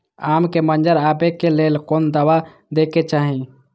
आम के मंजर आबे के लेल कोन दवा दे के चाही?